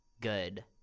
good